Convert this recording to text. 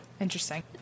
Interesting